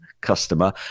customer